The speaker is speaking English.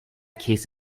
case